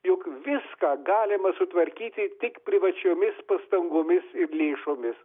jog viską galima sutvarkyti tik privačiomis pastangomis ir lėšomis